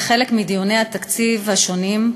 כחלק מדיוני התקציב השונים,